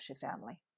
family